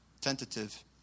tentative